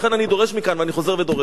אני חוזר ודורש: אדוני הנשיא,